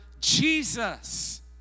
Jesus